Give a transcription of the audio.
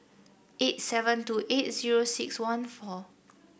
eight seven two eight six one four